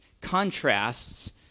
contrasts